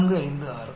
4 5 6